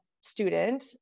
student